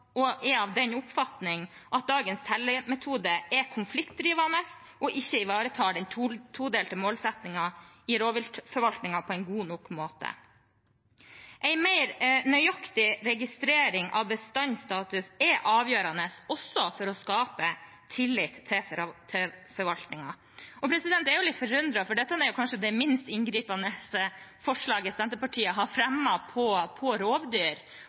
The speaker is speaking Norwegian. dagens tellemetode er konfliktdrivende og ikke ivaretar den todelte målsettingen i rovviltforvaltningen på en god nok måte. En mer nøyaktig registrering av bestandsstatus er avgjørende også for å skape tillit til forvaltningen. Jeg er litt forundret, for dette er kanskje det minst inngripende forslaget Senterpartiet har fremmet når det gjelder rovdyr.